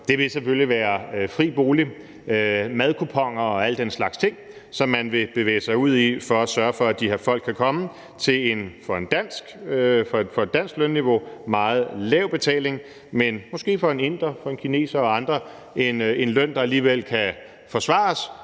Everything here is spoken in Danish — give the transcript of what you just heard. Det vil selvfølgelig være fri bolig, madkuponer og al den slags ting, som man vil bevæge sig ud i for at sørge for, at de her folk kan komme til en for et dansk lønniveau meget lav betaling, men en løn, der for en inder, en kineser og andre alligevel kan forsvares,